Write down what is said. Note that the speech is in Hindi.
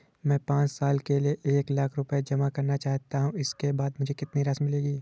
मैं पाँच साल के लिए एक लाख रूपए जमा करना चाहता हूँ इसके बाद मुझे कितनी राशि मिलेगी?